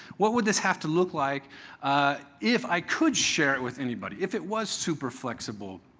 what would this have to look like if i could share it with anybody, if it was super flexible?